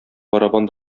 барабан